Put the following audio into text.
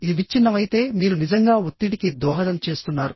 ఇది విచ్ఛిన్నమైతే మీరు నిజంగా ఒత్తిడికి దోహదం చేస్తున్నారు